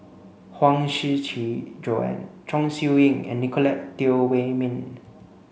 Huang Shiqi Joan Chong Siew Ying and Nicolette Teo Wei min